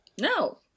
No